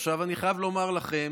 עכשיו, אני חייב לומר לכם